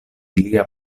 lia